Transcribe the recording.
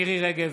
מירי מרים רגב,